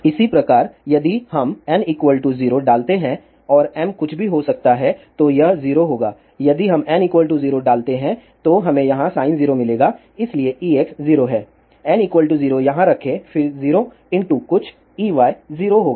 इसी प्रकार यदि हम n 0 डालते हैं और m कुछ भी हो सकता है तो यह 0 होगा यदि हम n 0 डालते हैं तो हमें यहाँ sin 0 मिलेगा इसलिए Ex 0 है n 0 यहाँ रखें फिर 0 कुछ Ey 0 होगा